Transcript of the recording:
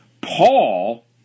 Paul